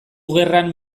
gerran